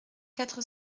quatre